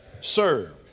Serve